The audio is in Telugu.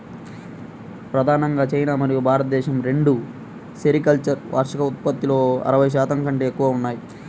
ప్రధానంగా చైనా మరియు భారతదేశం రెండూ సెరికల్చర్ వార్షిక ఉత్పత్తిలో అరవై శాతం కంటే ఎక్కువగా ఉన్నాయి